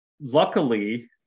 luckily